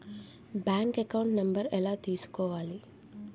Bank account number ఎలా తీసుకోవాలి?